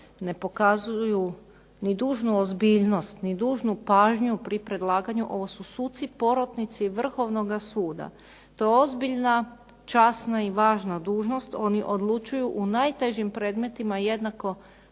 ne pokazuju ni dužnu ozbiljnost ni dužnu pažnju pri predlaganju, ovo su suci porotnici Vrhovnoga suda. TO je ozbiljna, časna i važna dužnost, oni odlučuju u najtežim predmetima jednako